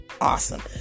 Awesome